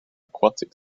aquatic